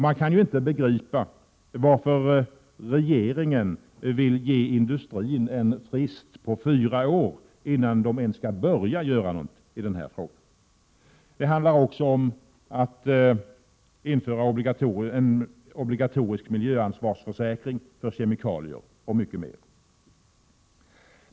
Jag kan inte begripa varför regeringen vill ge industrin en frist på fyra år innan den ens skall börja göra något när det gäller de här frågorna. Det handlar också om att införa en obligatorisk miljöansvarsförsäkring för kemikalier, och mycket mera.